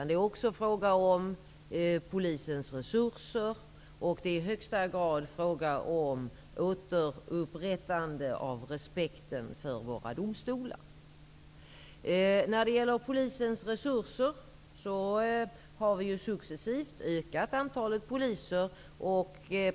Det är också fråga om polisens resurser och i högsta grad fråga om återupprättandet av respekten för våra domstolar. Antalet poliser har successivt ökats.